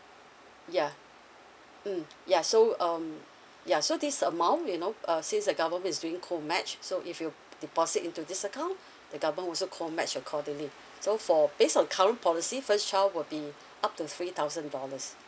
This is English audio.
yeah mm ya so um ya so this amount you know uh since the government is doing co match so if you deposit into this account the government also co match accordingly so for based on current policy first child will be up to three thousand dollars